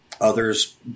others